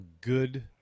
good